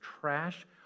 trash